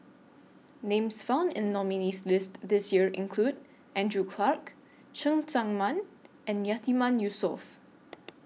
Names found in nominees' list This Year include Andrew Clarke Cheng Tsang Man and Yatiman Yusof